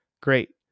Great